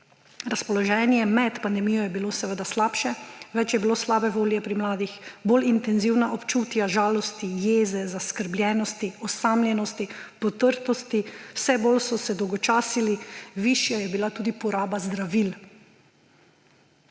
Razpoloženje med pandemijo je bilo seveda slabše, več je bilo slabe volje pri mladih, bolj intenzivna so bila občutja žalosti, jeze, zaskrbljenosti, osamljenosti, potrtosti. Vse bolj so se dolgočasili, višja je bila tudi poraba zdravil.